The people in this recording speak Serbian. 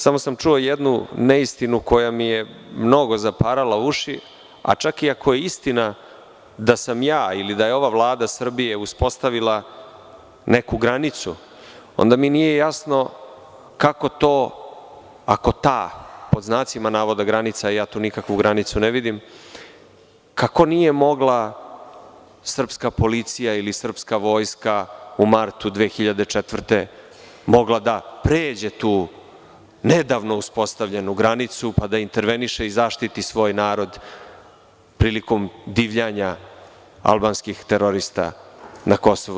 Samo sam čuo jednu neistinu koja mi je mnogo zaparala uši, a čak i ako je istina da sam ja ili da je ova Vlada Srbije uspostavila neku granicu, onda mi nije jasno kako to ako ta pod znacima navoda granica, a ja tu nikakvu granicu ne vidim, kako nije mogla srpska policija ili srpska vojska u martu 2004. godineda pređe tu nedavno uspostavljenu granicu pa da interveniše i zaštiti svoj narod prilikom divljanja albanskih terorista na KiM?